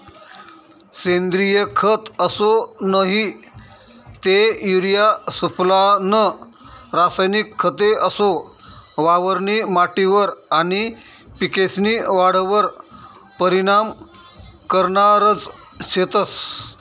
सेंद्रिय खत असो नही ते युरिया सुफला नं रासायनिक खते असो वावरनी माटीवर आनी पिकेस्नी वाढवर परीनाम करनारज शेतंस